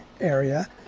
area